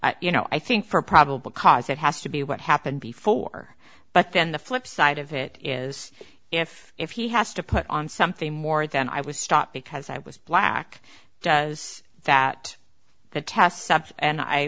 you know i think for probable cause it has to be what happened before but then the flipside of it is if if he has to put on something more than i would stop because i was black does that the